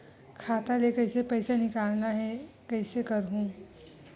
खाता ले पईसा निकालना हे, कइसे करहूं?